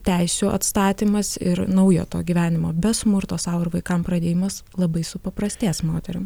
teisių atstatymas ir naujo to gyvenimo be smurto sau ir vaikam pradėjimas labai supaprastės moterim